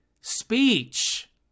speech